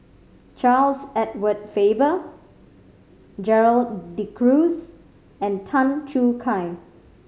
Charles Edward Faber Gerald De Cruz and Tan Choo Kai